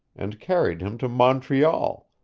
and carried him to montreal,